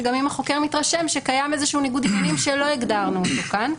שהחוקר מתרשם שקיים איזה ניגוד עניינים שלא הגדרנו כאן,